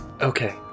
okay